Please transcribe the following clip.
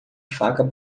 faca